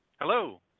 Hello